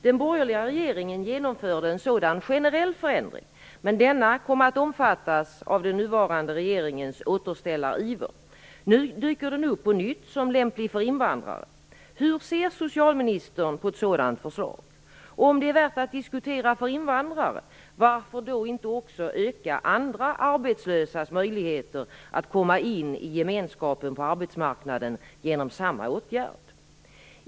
Den borgerliga regeringen genomförde en sådan generell förändring, men denna kom att omfattas av den nuvarande regeringens återställariver. Nu dyker den upp på nytt som lämplig för invandrare. Hur ser socialministern på ett sådant förslag? Om det är värt att diskutera för invandrare, varför då inte också öka andra arbetslösas möjligheter att komma in i gemenskapen på arbetsmarknaden genom samma åtgärd?